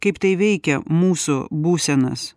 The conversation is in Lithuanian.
kaip tai veikia mūsų būsenas